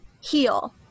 heal